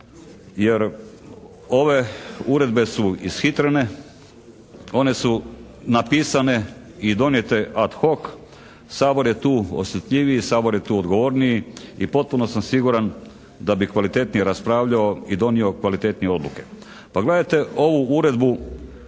jer ove uredbe su ishitrene, one su napisane i donijete ad hoc, Sabor je tu osjetljivi, Sabor je tu odgovorniji i potpuno sam siguran da bi kvalitetnije raspravljao i donio kvalitetnije odluke. Pa gledajte ovu uredbu